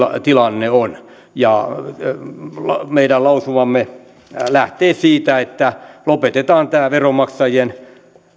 tilanne on meidän lausumamme lähtee siitä että lopetetaan tämä veronmaksajien